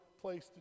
place